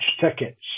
tickets